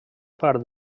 part